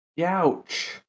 Ouch